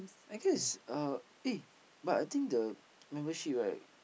I guess uh eh but I think the membership right